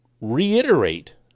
reiterate